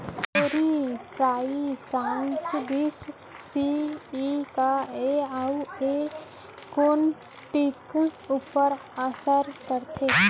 Chlorpyrifos बीस C E का हे अऊ ए कोन किट ऊपर असर करथे?